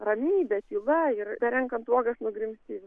ramybė tyla ir renkant uogas nugrimzti į